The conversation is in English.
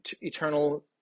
eternal